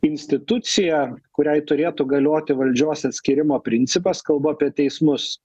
institucija kuriai turėtų galioti valdžios atskyrimo principas kalbu apie teismus